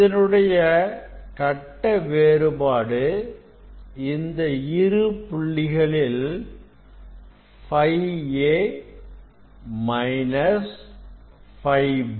அதனுடைய கட்ட வேறுபாடுஇந்த இரு புள்ளிகளில் ΦA Φ B